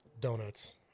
Donuts